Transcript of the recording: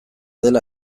dela